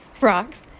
rocks